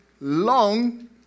long